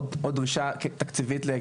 עוד דרישות תקציביות?